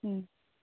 হুম